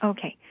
Okay